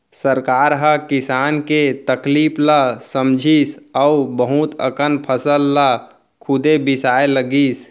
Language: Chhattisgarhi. सरकार ह किसान के तकलीफ ल समझिस अउ बहुत अकन फसल ल खुदे बिसाए लगिस